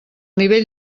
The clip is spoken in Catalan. nivell